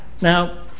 Now